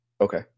okay